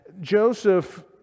Joseph